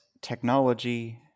technology